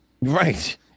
Right